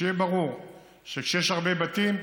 שיהיה ברור שכשיש הרבה בתים,